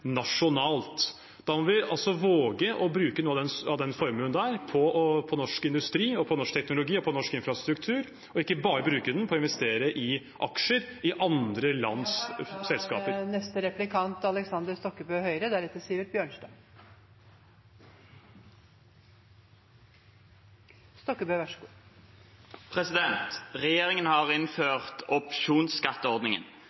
nasjonalt. Da må vi våge å bruke noe av denne formuen på norsk industri og norsk teknologi og på norsk infrastruktur og ikke bare bruke den på å investere i aksjer i andre lands selskaper. Regjeringen har